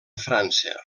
frança